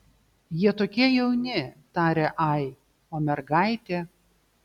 jie tokie jauni tarė ai o mergaitė